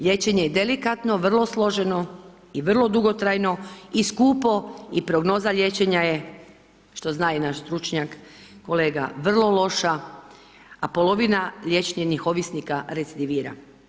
Liječenje je delikatno, vrlo složeno i vrlo dugotrajno i skupo i prognoza liječenja je što zna i naš stručnjak, kolega, vrlo loša, a polovina liječenih ovisnika recidivira.